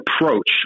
approach